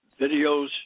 videos